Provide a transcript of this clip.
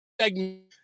segment